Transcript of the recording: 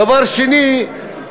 דבר שני,